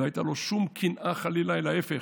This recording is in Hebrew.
לא הייתה לו שום קנאה, חלילה, אלא להפך.